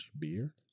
beer